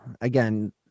again